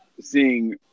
seeing